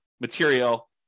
material